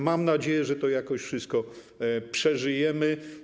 Mam nadzieję, że jakoś to wszystko przeżyjemy.